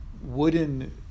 wooden